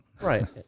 Right